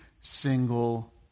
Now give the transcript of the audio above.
single